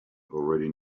already